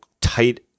tight